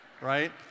right